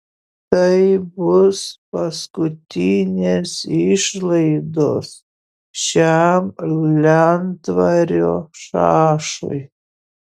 tai bus paskutinės išlaidos šiam lentvario šašui